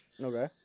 Okay